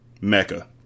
Mecca